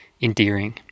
endearing